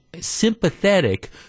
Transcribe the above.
Sympathetic